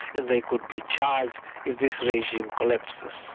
and they could be charged if this regime collapses.